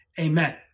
amen